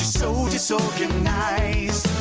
so disorganized!